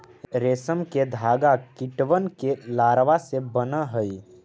रेशम के धागा कीटबन के लारवा से बन हई